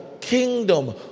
kingdom